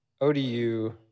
ODU